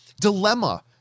dilemma